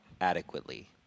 adequately